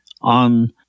on